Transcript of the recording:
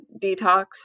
detox